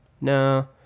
no